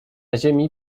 ziemi